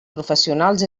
professionals